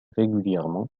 régulièrement